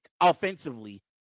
offensively